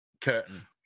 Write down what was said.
Curtain